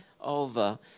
over